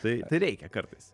tai tai reikia kartais